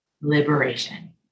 Liberation